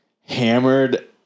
hammered